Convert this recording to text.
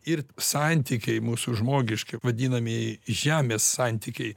ir santykiai mūsų žmogiškai vadinamieji žemės santykiai